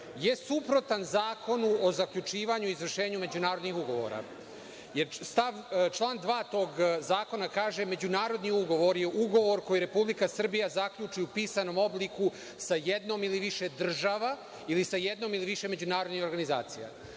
je suprotan Zakonu o zaključivanju i izvršenju međunarodnih ugovora, jer član 2. tog zakona kaže – međunarodni ugovor je ugovor koji Republika Srbija zaključi u pisanom obliku sa jednom ili više država ili sa jednom ili više međunarodnih organizacija.